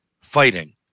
fighting